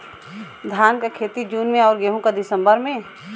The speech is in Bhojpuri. धान क खेती जून में अउर गेहूँ क दिसंबर में?